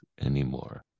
anymore